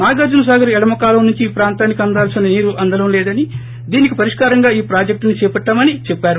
నాగార్జున సాగర్ ఎడమ కాల్వ నుంచి ఈ ప్రాంతానికి అందాల్సిన నీరు అందడం లేదని దీనికి పరిష్కారంగా ఈ ప్రాజెక్టును చేపట్టామని చెప్పారు